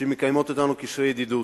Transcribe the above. שמקיימות אתנו קשרי ידידות,